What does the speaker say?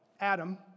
Adam